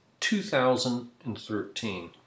2013